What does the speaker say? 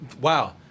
Wow